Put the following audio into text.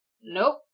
Nope